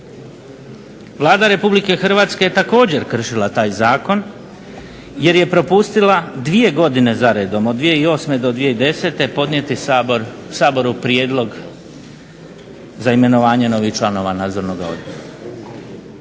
Vlada Republike Hrvatske je također kršila taj zakon jer je propustila dvije godine za redom, od 2008. do 2010. podnijeti Saboru prijedlog za imenovanja novih članova Nadzornoga odbora.